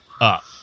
up